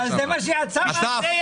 אבל זה מה שהצו הזה עושה.